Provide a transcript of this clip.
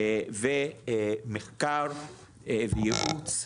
ומחקר וייעוץ,